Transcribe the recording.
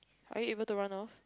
are you able to run off